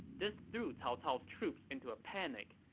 this threw cao cao's troops into a panic.